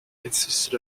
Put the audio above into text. consisted